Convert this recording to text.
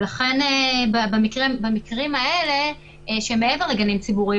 ולכן במקרים האלה שהם מעבר לגנים ציבוריים,